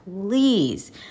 please